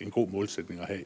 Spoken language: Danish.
en god målsætning at have.